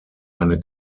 eine